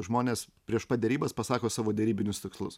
žmonės prieš pat derybas pasako savo derybinius tikslus